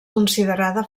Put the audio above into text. considerada